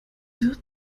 wird